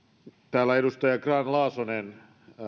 täällä edustaja grahn laasonen